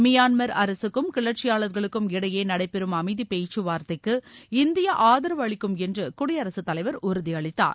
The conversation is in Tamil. மியான்மர் அரசுக்கும் கிளர்ச்சியாளர்களுக்கும் இடையே நடைபெறும் அமைதி பேச்சுவார்த்தைக்கு இந்தியா ஆதரவு அளிக்கும் என்று குடியரசுத் தலைவர் உறுதி அளித்தார்